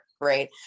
right